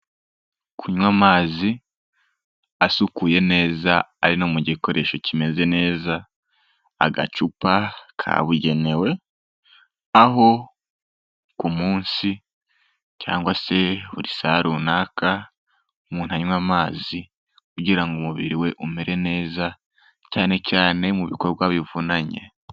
Kunywa amazi asukuye neza ari no mu gikoresho kimeze neza, agacupa kabugenewe, aho ku munsi cyangwa se buri sa runaka mutanywa amazi kugira ngo umubiri we umere neza, cyane cyane mu bikorwa bivunanye.